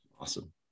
Awesome